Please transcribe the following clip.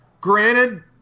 granted